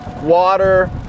water